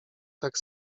tak